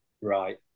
right